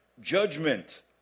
Judgment